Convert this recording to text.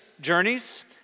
journeys